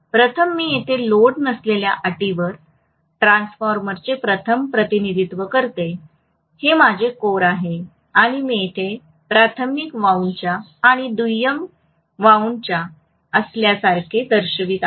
प्रथम मी येथे लोड नसलेल्या अटीवर ट्रान्सफॉर्मरचे प्रथम प्रतिनिधित्व करते हे माझे कोर आहे आणि मी येथे प्राथमिक वाऊंडच्या आणि दुय्यम जखम असल्यासारखे दर्शवित आहे